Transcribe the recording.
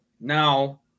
now